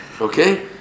Okay